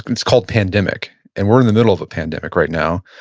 it's called pandemic and we're in the middle of a pandemic right now.